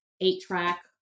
eight-track